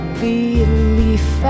belief